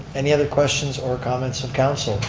any other questions or comments of council.